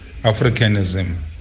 Africanism